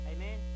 Amen